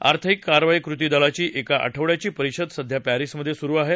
आर्थिक कारवाई कृती दलाची एका आठवड्याची परिषद सध्या पॅरिसमध्ये सुरु आहे